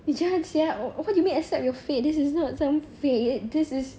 ya sia what do you mean accept your fate this is not some fate this is